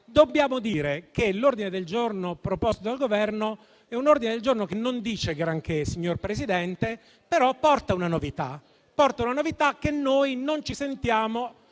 dobbiamo dire che l'ordine del giorno proposto dal Governo è un ordine del giorno che non dice granché, signor Presidente, ma che porta una novità, che noi non ci sentiamo